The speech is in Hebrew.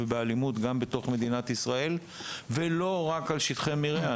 גם בתוך מדינת ישראל ולא רק על שטחי מרעה.